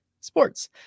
sports